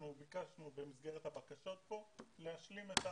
אנחנו ביקשנו במסגרת הבקשות פה להשלים את העבודה.